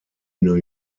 new